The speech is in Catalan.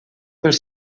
pels